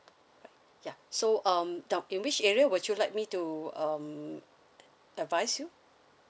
ya so um now in which area would you like me to um advise you